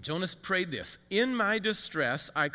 jonas prayed this in my distress i